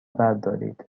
بردارید